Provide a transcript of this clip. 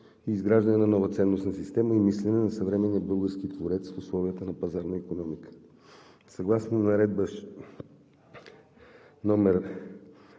изграждане на нова ценностна система и мислене на съвременния български творец в условията на пазарна икономика. Съгласно Наредба №